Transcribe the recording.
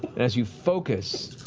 as you focus,